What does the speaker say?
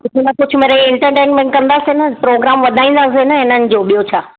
कुझु न कुझु मिड़ई एंटरटेंमेंट कंदासीं न प्रोग्राम वधाईंदासीं न इन्हनि जो ॿियो छा